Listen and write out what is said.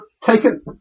taken